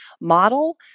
model